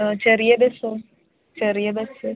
ആ ചെറിയ ബസ്സോ ചെറിയ ബസ്സ്